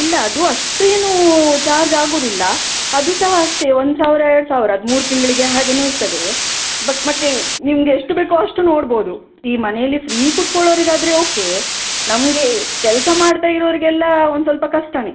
ಇಲ್ಲ ಅದು ಅಷ್ಟು ಏನೂ ಚಾರ್ಜ್ ಆಗೋದಿಲ್ಲ ಅದೂ ಸಹ ಅಷ್ಟೇ ಒಂದು ಸಾವಿರ ಎರಡು ಸಾವಿರ ಅದು ಮೂರು ತಿಂಗಳಿಗೆ ಹಾಗೇನೋ ಇರ್ತದೆ ಬಟ್ ಮತ್ತೆ ನಿಮ್ಗೆ ಎಷ್ಟು ಬೇಕೋ ಅಷ್ಟು ನೋಡ್ಬೌದು ಈ ಮನೆಯಲ್ಲಿ ಫ್ರೀ ಕುತ್ಕೊಳ್ಳೋರಿಗಾದ್ರೆ ಓಕೆ ನಮಗೆ ಕೆಲಸ ಮಾಡ್ತಾ ಇರೋರಿಗೆಲ್ಲ ಒಂದು ಸ್ವಲ್ಪ ಕಷ್ಟನೇ